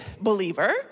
believer